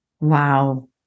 Wow